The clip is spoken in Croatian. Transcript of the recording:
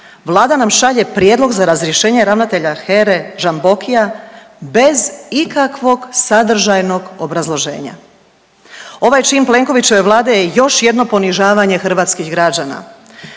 vlada nam šalje prijedlog za razrješenje ravnatelja HERA-e Žambokija bez ikakvog sadržajnog obrazloženja. Ovaj čin Plenkovićeve vlade je još jedno ponižavanje hrvatskih građana.